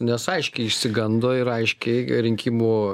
nes aiškiai išsigando ir aiškiai rinkimų